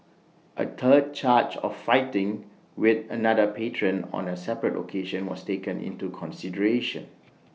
A third charge of fighting with another patron on A separate occasion was taken into consideration